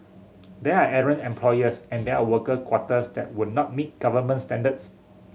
there are errant employers and there are worker quarters that would not meet government standards